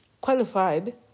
qualified